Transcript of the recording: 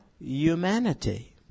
humanity